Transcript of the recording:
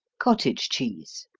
cottage cheese